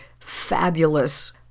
fabulous